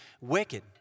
wicked